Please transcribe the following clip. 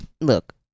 look